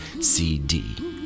CD